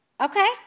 Okay